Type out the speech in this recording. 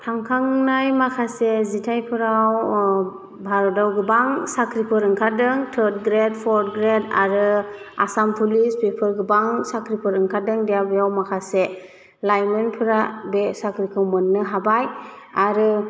थांखांनाय माखासे जिथाइफोराव भारताव गोबां साख्रिफोर ओंखारदों थार्द ग्रेड फर ग्रेड आरो आसाम पुलिस बेफोर गोबां साख्रिफोर ओंखारदों दा बेयाव माखासे लाइमोनफोरा बे साख्रिखौ मोन्नो हाबाय आरो